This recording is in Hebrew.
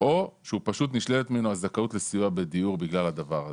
או שפשוט נשללת ממנו הזכאות לסיוע בדיור בגלל הדבר הזה.